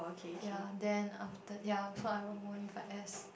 ya then after ya so I won't won't invite S